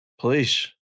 Please